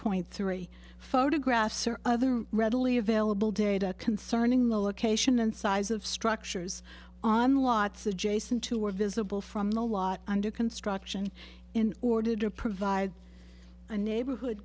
point three photographs or other readily available data concerning the location and size of structures on lots adjacent to or visible from the lot under construction in order to provide a neighborhood